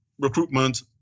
recruitment